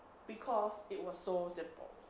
because it was so simple